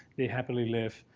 they happily live.